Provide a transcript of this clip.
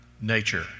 nature